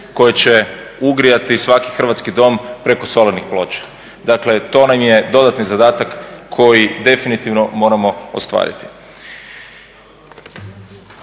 koje će ugrijati svaki hrvatski dom preko solarnih ploča. Dakle, to nam je dodatni zadatak koji definitivno moramo ostvariti.